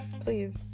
please